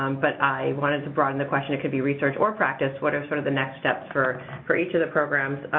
um but i wanted to broaden the question it could be research or practice what are, sort of, the next steps for for each of the programs?